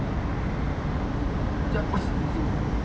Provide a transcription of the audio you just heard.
jap astaghfirullahalaazim